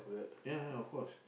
ya ya of course